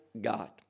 God